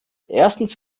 erstens